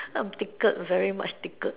I'm tickled very much tickled